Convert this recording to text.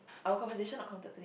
our conversation not counted today